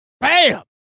Bam